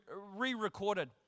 re-recorded